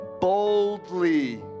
boldly